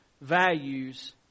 values